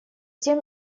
тем